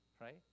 right